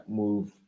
move